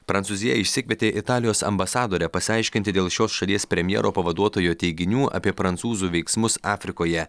prancūzija išsikvietė italijos ambasadorę pasiaiškinti dėl šios šalies premjero pavaduotojo teiginių apie prancūzų veiksmus afrikoje